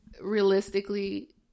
realistically